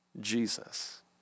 Jesus